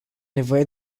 nevoie